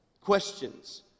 Questions